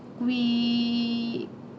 we